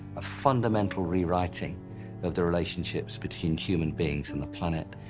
a fundamental rewriting of the relationships between human beings and the planet,